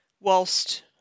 whilst